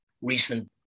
recent